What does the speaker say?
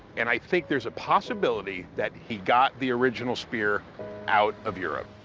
and i think there's a possibility that he got the original spear out of europe.